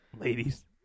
Ladies